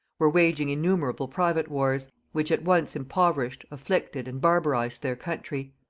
were waging innumerable private wars, which at once impoverished, afflicted, and barbarized their country.